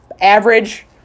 Average